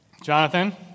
Jonathan